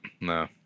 no